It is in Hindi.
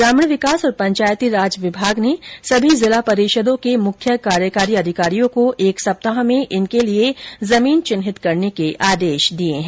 ग्रामीण विकास और पंचायती राज विभाग ने सभी जिला परिषद के मुख्य कार्यकारी अधिकारियों को एक सप्ताह में इनके लिए जमीन चिन्हित करने के आदेश दिये हैं